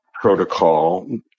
protocol